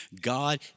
God